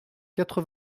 quatre